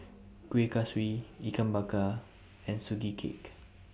Kueh Kaswi Ikan Bakar and Sugee Cake